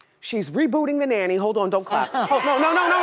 she's rebooting the nanny, hold on, don't clap. ah no, no,